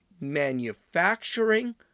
manufacturing